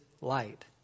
light